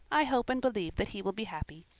i hope and believe that he will be happy.